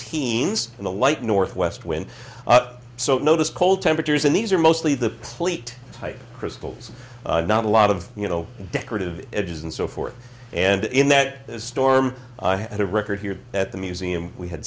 teens in the light northwest wind up so no this cold temperatures and these are mostly the plate type crystals not a lot of you know decorative edges and so forth and in that storm i had a record here at the museum we had